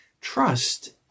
trust